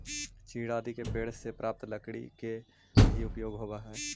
चीड़ आदि के पेड़ से प्राप्त लकड़ी के भी उपयोग होवऽ हई